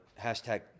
hashtag